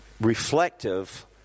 reflective